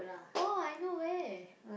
oh I know where